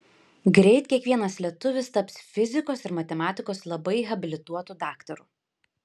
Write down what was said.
greit kiekvienas lietuvis taps fizikos ir matematikos labai habilituotu daktaru